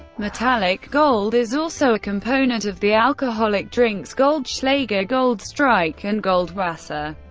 metallic gold is also a component of the alcoholic drinks goldschlager, gold strike, and goldwasser.